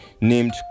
named